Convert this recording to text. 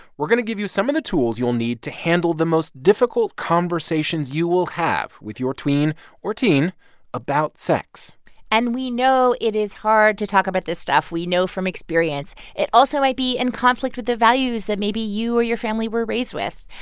we're going to give you some of the tools you'll need to handle the most difficult conversations you will have with your tween or teen about sex and we know it is hard to talk about this stuff. we know from experience. it also might be in conflict with the values that maybe you or your family were raised with.